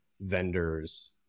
vendor's